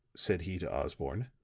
said he to osborne,